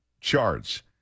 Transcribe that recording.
charts